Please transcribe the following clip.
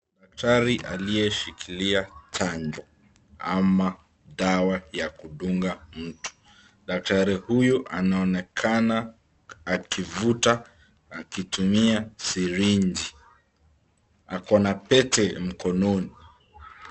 Daktari aliyeshikilia chanjo ama dawa ya kudunga mtu, daktari huyu anaonekana akivuta akitumia sirinji, ako na pete mkononi.